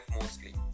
mostly